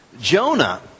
Jonah